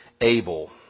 able